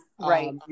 Right